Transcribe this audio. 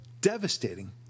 devastating